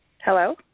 Hello